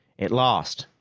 it lost,